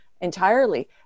entirely